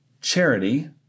charity